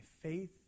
faith